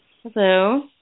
Hello